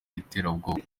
iterabwoba